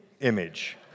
image